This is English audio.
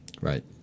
right